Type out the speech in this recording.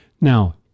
Now